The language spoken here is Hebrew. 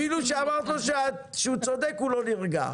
אפילו שאמרת לו שהוא צודק הוא לא נרגע.